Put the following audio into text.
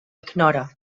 ignora